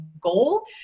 goal